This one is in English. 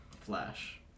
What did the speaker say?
flash